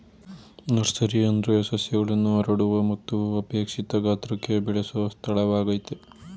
nursery ಅಂದ್ರೆ ಸಸ್ಯಗಳನ್ನು ಹರಡುವ ಮತ್ತು ಅಪೇಕ್ಷಿತ ಗಾತ್ರಕ್ಕೆ ಬೆಳೆಸೊ ಸ್ಥಳವಾಗಯ್ತೆ